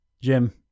jim